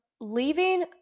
leaving